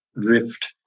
drift